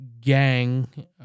gang